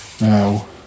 now